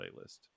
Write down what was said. playlist